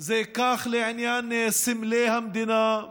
זה כך לעניין סמלי המדינה,